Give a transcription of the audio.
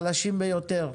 לחלשים ביותר.